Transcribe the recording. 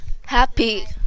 HAPPY